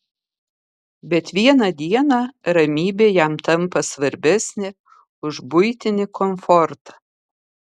bet vieną dieną ramybė jam tampa svarbesnė už buitinį komfortą